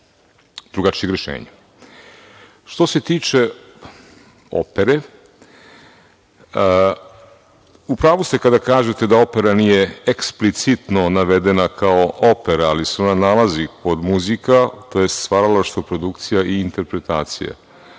se tiče opere. U pravu ste kada kažete da opera nije eksplicitno navedena kao opera, ali se ona nalazi pod muzika, tj. stvaralaštvo, produkcija i interpretacija,